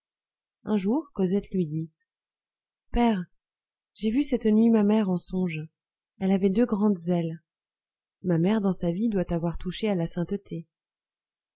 un jour cosette lui dit père j'ai vu cette nuit ma mère en songe elle avait deux grandes ailes ma mère dans sa vie doit avoir touché à la sainteté